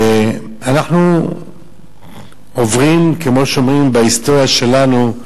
אנחנו עוברים, כמו שאומרים, בהיסטוריה שלנו,